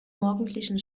morgendlichen